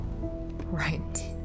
Right